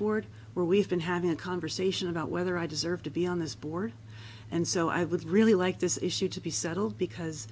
board where we've been having a conversation about whether i deserve to be on this board and so i would really like this issue to be settled because